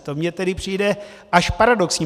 To mi tedy přijde až paradoxní.